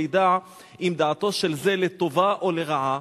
לידע אם דעתו של זה לטובה או לרעה,